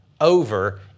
over